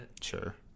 Sure